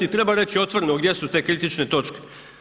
Treba reći otvoreno gdje su te kritične točke.